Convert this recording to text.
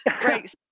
Great